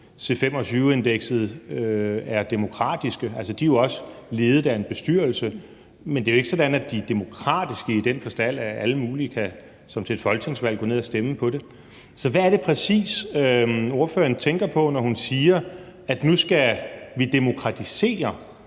C25-indekset, er demokratiske. De er også ledet af en bestyrelse, men det er jo ikke sådan, at de er demokratiske i den forstand, at alle mulige kan gå ned og stemme på dem som til et folketingsvalg. Så hvad er det præcis, ordføreren tænker på, når hun siger, at nu skal vi demokratisere